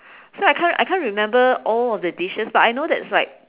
so I can't I can't remember all of the dishes but I know that's like